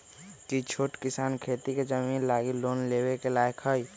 कि छोट किसान खेती के जमीन लागी लोन लेवे के लायक हई?